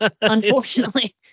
Unfortunately